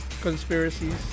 conspiracies